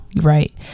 right